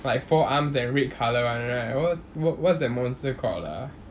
like four arms and red colour [one] right what's wha~ what's that red monster called ah